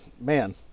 Man